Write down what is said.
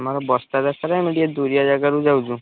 ଆମର ବସ୍ତା ଦରକାରେ ଆମେ ଟିକିଏ ଦୁରିଆ ଜାଗାରୁ ଯାଉଛୁ